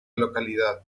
localidad